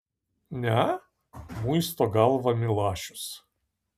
ne muisto galvą milašius